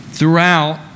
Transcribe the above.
throughout